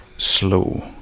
slow